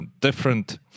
different